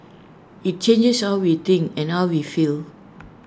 IT changes how we think and how we feel